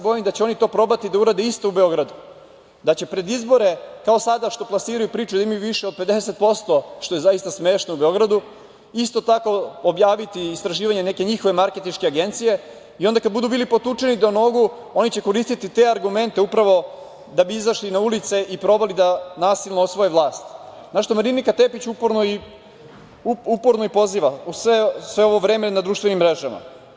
Bojim se da će oni to probati da uradi isto u Beogradu, da će pred izbore, kao sada što plasiraju priču da imaju više od 50%, u Beogradu što je zaista smešno, isto tako objaviti istraživanje neke njihove marketinške agencije i onda kada budu bili potučeni do nogu oni će koristiti te argumente upravo da bi izašli na ulice i probali da nasilno osvoje vlast, na šta Marinika Tepić uporno i poziva sve ovo vreme na društvenim mrežama.